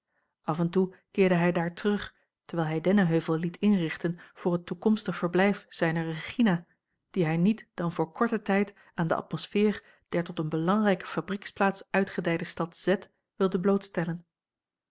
af en toe keerde hij daar terug terwijl hij dennenheuvel liet inrichten voor het toekomstig verblijf zijner regina die hij niet dan voor korten tijd aan de atmosfeer der tot eene belangrijke fabrieksplaats uitgedijde stad z wilde